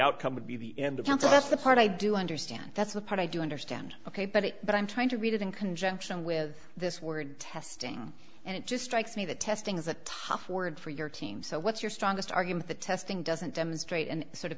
outcome would be the end of something that's the part i do understand that's the part i do understand ok but it but i'm trying to read it in conjunction with this word testing and it just strikes me that testing is a tough word for your team so what's your strongest argument the testing doesn't demonstrate and sort of